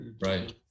Right